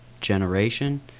generation